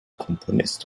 komponist